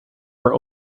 were